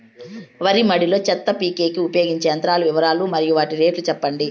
వరి మడి లో చెత్త పీకేకి ఉపయోగించే యంత్రాల వివరాలు మరియు వాటి రేట్లు చెప్పండి?